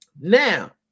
Now